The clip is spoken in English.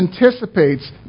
anticipates